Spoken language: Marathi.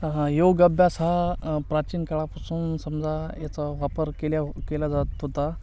हा योग अभ्यास हा प्राचीन काळापासून समजा याचा वापर केल्या केला जात होता